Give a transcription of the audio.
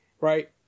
Right